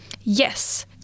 Yes